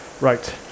Right